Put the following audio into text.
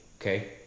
okay